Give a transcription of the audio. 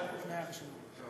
תנאי הרישיון.